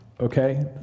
Okay